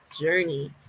journey